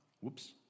Whoops